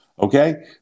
okay